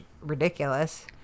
ridiculous